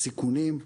הסיכונים,